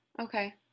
Okay